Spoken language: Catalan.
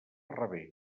revés